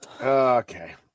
Okay